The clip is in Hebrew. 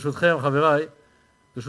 חברי חברי